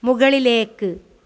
മുകളിലേക്ക്